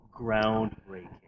Groundbreaking